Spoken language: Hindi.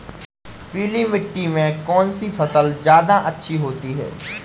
पीली मिट्टी में कौन सी फसल ज्यादा अच्छी होती है?